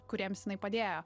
kuriems jinai padėjo